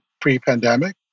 pre-pandemic